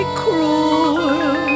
cruel